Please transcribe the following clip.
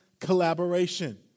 collaboration